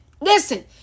listen